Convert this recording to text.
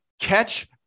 catch